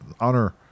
honor